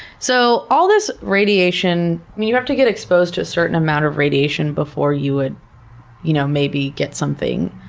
so all this radiation, you have to get exposed to a certain amount of radiation before you would you know maybe get something.